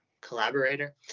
collaborator